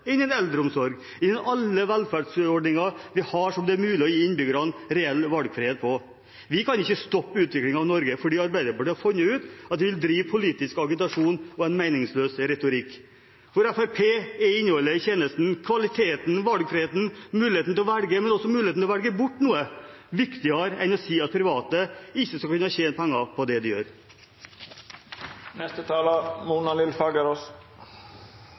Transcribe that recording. innen helse, innen eldreomsorg, innen alle velferdsordninger vi har der det er mulig å gi innbyggerne reell valgfrihet. Vi kan ikke stoppe utviklingen av Norge fordi Arbeiderpartiet har funnet ut at de vil drive politisk agitasjon og en meningsløs retorikk. For Fremskrittspartiet er innholdet i tjenesten, kvaliteten, valgfriheten – muligheten til å velge, men også muligheten til å velge bort noe – viktigere enn å si at private ikke skal kunne tjene penger på det de gjør.